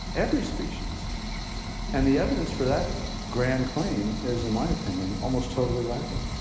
every species and the evidence for that grand claim is, in my opinion, almost totally lacking.